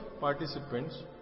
participants